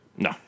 No